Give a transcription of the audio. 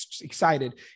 excited